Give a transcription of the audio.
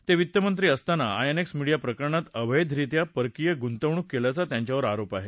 ते वित्त मंत्री असताना आयएनक्स मीडिया प्रकरणात अवैधरित्या परकीय गुंतवणूक केल्याचा त्यांच्यावर आरोप आहे